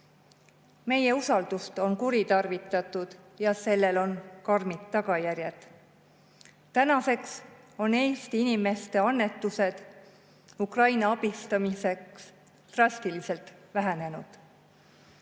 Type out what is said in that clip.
usaldust on kuritarvitatud ja sellel on karmid tagajärjed. Tänaseks on Eesti inimeste annetused Ukraina abistamiseks drastiliselt vähenenud.